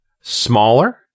smaller